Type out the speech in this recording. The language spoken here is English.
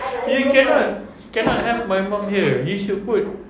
you cannot cannot have my mum here you should put